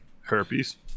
herpes